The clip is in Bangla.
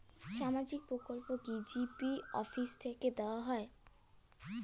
সামাজিক প্রকল্প কি জি.পি অফিস থেকে দেওয়া হয়?